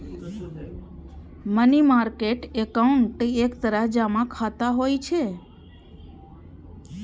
money market account एक तरह जमा खाता होइ छै